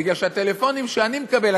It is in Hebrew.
בגלל שאת הטלפונים שאני מקבל,